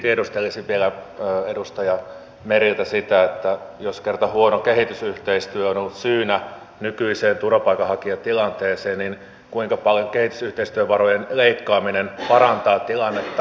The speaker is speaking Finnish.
tiedustelisin vielä edustaja mereltä sitä että jos kerta huono kehitysyhteistyö on ollut syynä nykyiseen turvapaikanhakijatilanteeseen niin kuinka paljon kehitysyhteistyövarojen leikkaaminen parantaa tilannetta